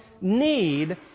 need